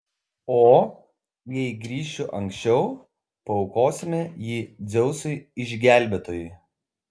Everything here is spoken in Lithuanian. o jei grįšiu anksčiau paaukosime jį dzeusui išgelbėtojui